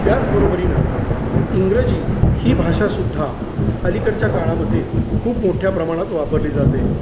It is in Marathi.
त्याचबरोबरीनं इंग्रजी ही भाषा सुद्धा अलीकडच्या काळामध्ये खूप मोठ्या प्रमाणात वापरली जाते